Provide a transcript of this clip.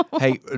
Hey